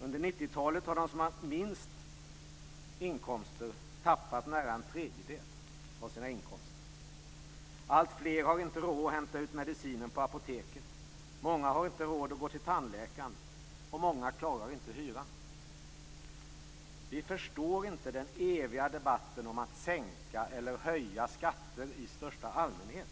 Under 90 talet har de som har haft lägst inkomster tappat nära en tredjedel av sina inkomster. Alltfler har inte råd att hämta ut sin medicin på apoteket. Många har inte råd att gå till tandläkaren, och det är många som inte klarar hyran. Vi förstår inte den eviga debatten om att sänka eller höja skatter i största allmänhet.